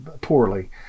poorly